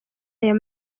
ayo